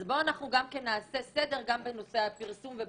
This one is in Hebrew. אז בואו נעשה סדר גם בנושא הפרסום ובעיתונות.